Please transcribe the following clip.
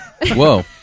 Whoa